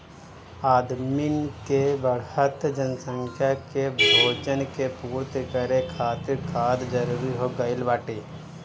आदमिन के बढ़त जनसंख्या के भोजन के पूर्ति करे खातिर खाद जरूरी हो गइल बाटे